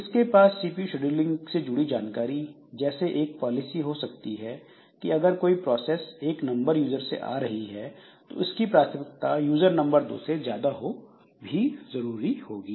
इसके पास CPU scheduling से जुड़ी जानकारी जैसे एक पॉलिसी ऐसी हो सकती है कि अगर कोई प्रोसेस एक नंबर यूजर से आ रही है तो इसकी प्राथमिकता यूज़र नंबर दो से ज्यादा हो भी जरूर होगी